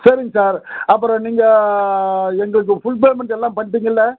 சரிங்க சார் அப்புறம் நீங்கள் எங்களுது ஃபுல் பேமண்ட்டு எல்லாம் பண்ணிட்டீங்கல்ல